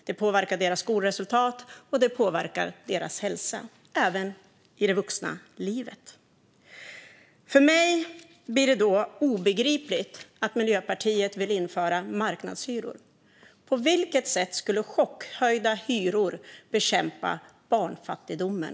Det påverkar deras skolresultat, och det påverkar deras hälsa - även i det vuxna livet. För mig blir det då obegripligt att Miljöpartiet vill införa marknadshyror. På vilket sätt skulle chockhöjda hyror bekämpa barnfattigdomen?